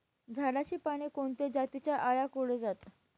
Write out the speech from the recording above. झाडाची पाने कोणत्या जातीच्या अळ्या कुरडतात?